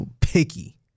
picky